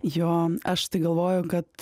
jo aš tai galvoju kad